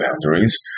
boundaries